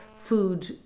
food